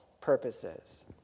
purposes